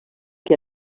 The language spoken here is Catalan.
que